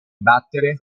battere